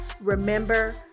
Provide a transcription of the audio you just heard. remember